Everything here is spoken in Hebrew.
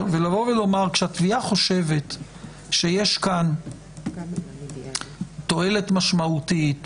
כשהתביעה חושבת שיש כאן תועלת משמעותית